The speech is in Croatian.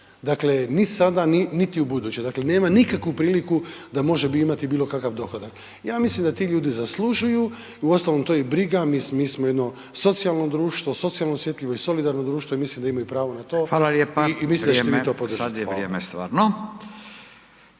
Dakle, ni sada niti ubuduće, dakle nema nikakvu priliku da može imati bilo kakav dohodak. Ja mislim da ti ljudi zaslužuju, uostalom to je i briga, mi smo jedno socijalno društvo, socijalno osjetljivo i solidarno društvo i mislim da imaju pravo na to .../Upadica: Hvala lijepa. Vrijeme./... i mislim da